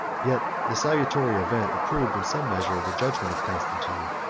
yet the salutary event approved in some measure the judgment of constantine.